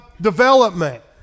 development